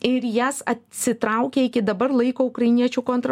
ir jas atsitraukė iki dabar laiko ukrainiečių kontra